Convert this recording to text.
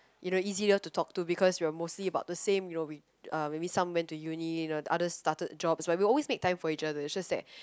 you know easier to talk to because you are mostly about the same you know we uh maybe some went to uni and others started jobs but we always make time for each other it's just that